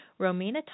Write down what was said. Romina